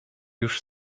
już